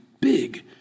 big